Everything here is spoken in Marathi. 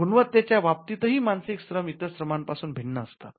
गुणवत्तेच्या बाबतीतही मानसिक श्रम इतर श्रमां पासून भिन्न असतात